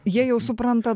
jie jau supranta daug